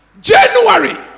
January